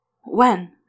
When